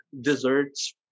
desserts